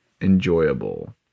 enjoyable